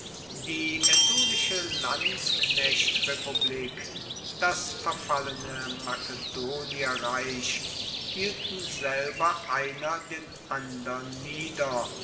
die aetolische landsknechtrepublik das verfallene makedonierreich hielten selber einer den andern nieder